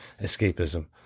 escapism